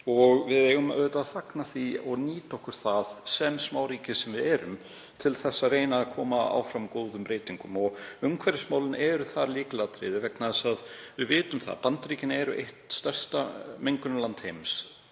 og við eigum auðvitað að fagna því og nýta okkur það, sem það smáríki sem við erum, til að reyna að koma áfram góðum breytingum. Umhverfismálin eru þar lykilatriði vegna þess að við vitum að Bandaríkin eru eitt stærsta mengunarland heims,